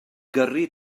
gyrru